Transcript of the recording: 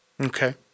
Okay